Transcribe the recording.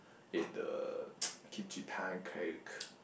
ate the Kimchi pancake